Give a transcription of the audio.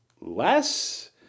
less